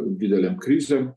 didelėm krizėm